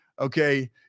Okay